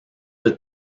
that